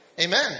Amen